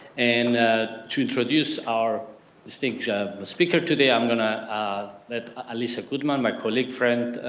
and to introduce our distinct speaker today, i'm going to ah let alyssa goodman, my colleague friend,